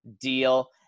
deal